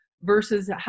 versus